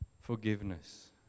Forgiveness